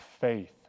faith